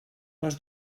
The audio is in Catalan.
les